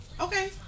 okay